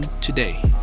today